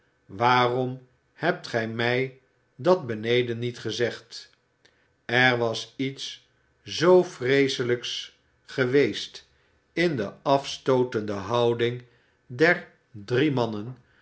waarom hebt gij mij dat beneden niet gezegd er was iets zoo vreeselijks geweest in de afstootende houding der drie mannen